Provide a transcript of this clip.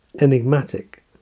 enigmatic